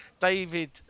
David